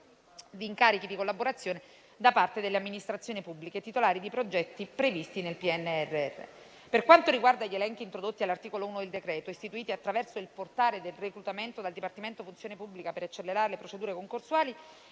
di incarichi di collaborazione da parte delle amministrazioni pubbliche titolari di progetti previsti nel PNRR. Per quanto riguarda gli elenchi introdotti all'articolo 1 del decreto, istituiti attraverso il portale del reclutamento dal Dipartimento della funzione pubblica per accelerare le procedure concorsuali,